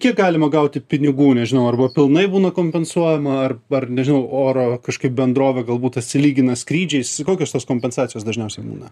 kiek galima gauti pinigų nežinau arba pilnai būna kompensuojama ar ar nežinau oro kažkaip bendrovė galbūt atsilygina skrydžiais kokios tos kompensacijos dažniausiai būna